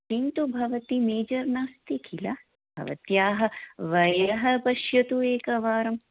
किन्तु भवती मेजर् नास्ति किल भवत्याः वयः पश्यतु एकवारम्